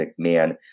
McMahon